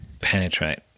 penetrate